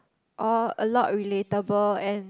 all a lot relatable and